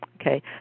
Okay